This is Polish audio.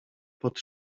pod